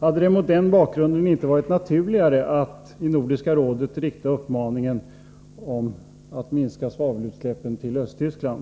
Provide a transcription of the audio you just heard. Hade det mot denna bakgrund inte varit naturligare att i Nordiska rådet rikta uppmaningen om att minska utsläppen mot Östtyskland?